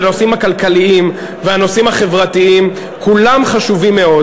והנושאים הכלכליים והנושאים החברתיים כולם חשובים מאוד,